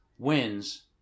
Wins